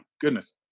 goodness